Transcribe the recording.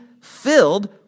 filled